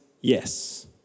yes